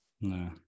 No